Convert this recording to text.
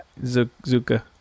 zuka